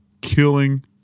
killing